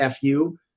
FU